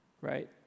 Right